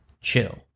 chill